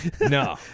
No